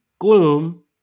Gloom